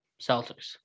celtics